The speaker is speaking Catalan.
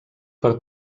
per